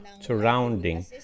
surrounding